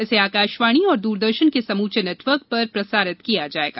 इसे आकाशवाणी और दूरदर्शन के समूचे नेटवर्क पर प्रसारित किया जाएगा